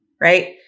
right